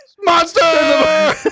monster